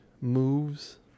moves